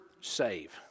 save